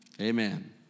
Amen